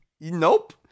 Nope